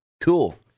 cool